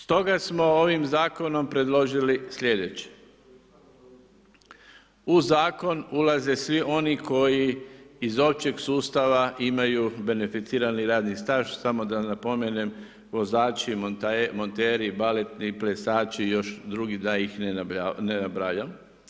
Stoga smo ovim zakonom predložili sljedeće: U zakon ulaze svi oni koji iz općeg sustava imaju beneficirani radni staž, samo da napomenem, vozači, monteri, baletni plesači i još drugi da ih ne nabrajam.